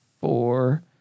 Four